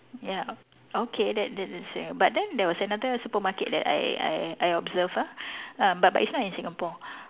ya okay that that is same but then there was another supermarket that I I I observe ah uh but but it's not in Singapore